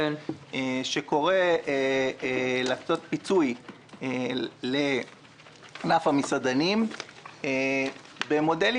שקורא להקצות פיצוי לענף המסעדנים במודלים